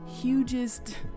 hugest